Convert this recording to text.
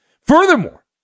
Furthermore